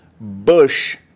bush